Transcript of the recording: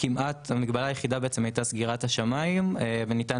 המגבלה היחידה הייתה סגירת השמיים וניתן